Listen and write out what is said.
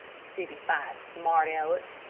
citified smart aleck,